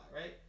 right